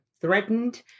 threatened